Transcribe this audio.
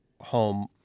home